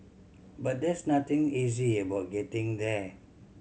but there's nothing easy about getting there